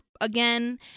again